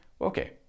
okay